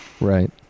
Right